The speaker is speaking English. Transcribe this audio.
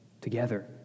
together